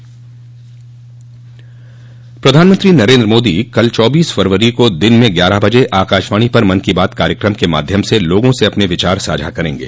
प्रधानमंत्री नरेन्द्र मोदी कल चौबीस फरवरी को दिन में ग्यारह बजे आकाशवाणी पर मन की बात कार्यक्रम के माध्यम लोगों से अपने विचार साझा करेंगे